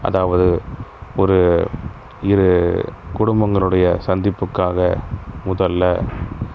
அதாவது ஒரு இரு குடும்பங்களுடைய சந்திப்புக்காக முதலில்